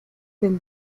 del